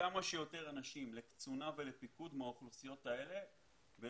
כמה שיותר אנשים מהאוכלוסיות האלה לקצונה ולפיקוד.